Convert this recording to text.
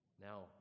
Now